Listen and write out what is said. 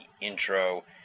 intro